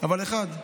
אבל אחת,